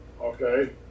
okay